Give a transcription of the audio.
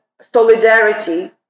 solidarity